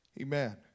Amen